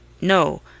No